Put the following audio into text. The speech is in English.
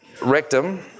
rectum